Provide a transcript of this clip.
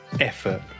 effort